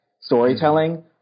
storytelling –